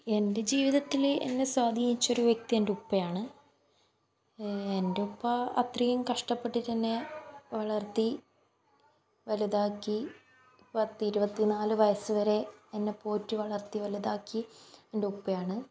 എൻ്റെ ജീവിതത്തിൽ എന്നെ സ്വാധീനിച്ച ഒരു വ്യക്തി എൻ്റെ ഉപ്പയാണ് എൻറ്റുപ്പ അത്രയും കഷ്ടപ്പെട്ടിട്ടെന്നെ വളർത്തി വലുതാക്കി പത്തിരുപത്തി നാല് വയസ്സുവരെ എന്നെ പോറ്റി വളർത്തി വലുതാക്കി എൻറ്റുപ്പയാണ്